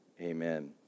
amen